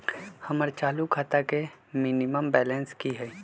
हमर चालू खाता के मिनिमम बैलेंस कि हई?